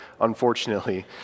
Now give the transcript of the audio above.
unfortunately